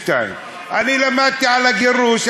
1492. אני למדתי על הגירוש,